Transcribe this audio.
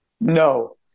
No